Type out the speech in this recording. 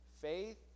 faith